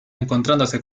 encontrándose